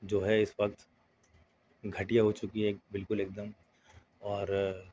جو ہے اس وقت گھٹیا ہو چکی ہے بالکل ایک دم اور